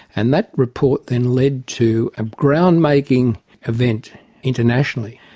and that report then led to a ground-making event internationally.